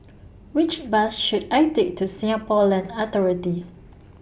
Which Bus should I Take to Singapore Land Authority